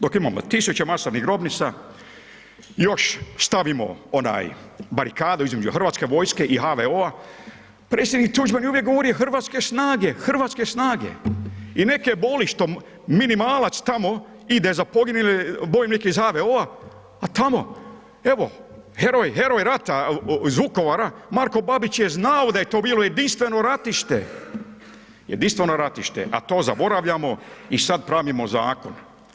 Dok imamo tisuće masovnih grobnica još stavimo onaj barikadu između HV i HVO-a, predsjednik Tuđman je uvijek govorio hrvatske snage, hrvatske snage i neke boli što minimalac tamo ide za poginule … [[Govornik se ne razumije]] iz HVO-a, a tamo, evo heroj, heroj rata iz Vukovara, Marko Babić je znao da je to bilo jedinstveno ratište, jedinstveno ratište, a to zaboravljamo i sad pravimo zakon.